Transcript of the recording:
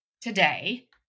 today